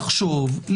לחשוב,